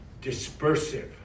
Dispersive